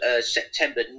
September